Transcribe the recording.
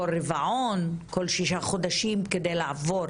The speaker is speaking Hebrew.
כל רבעון, כל שישה חודשים, כדי לעבור